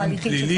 לדין